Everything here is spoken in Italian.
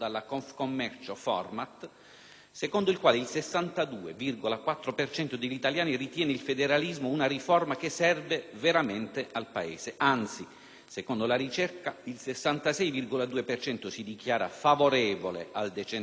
secondo il quale il 62,4 per cento degli italiani ritiene il federalismo una riforma che serve veramente al Paese. Anzi, secondo la ricerca, il 66,2 per cento si dichiara favorevole al decentramento delle strutture dello Stato,